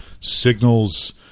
signals